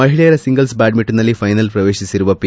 ಮಹಿಳೆಯರ ಸಿಂಗಲ್ಲ್ ಬ್ಯಾಡ್ಮಿಂಟನ್ನಲ್ಲಿ ಫೈನಲ್ ಪ್ರವೇಶಿಸಿರುವ ಪಿ